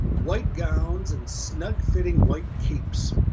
white gowns, and snug fitting white capes,